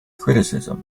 criticism